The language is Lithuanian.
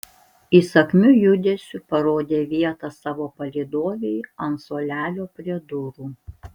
įsakmiu judesiu parodė vietą savo palydovei ant suolelio prie durų